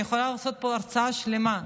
אני יכולה לעשות פה הרצאה שלמה.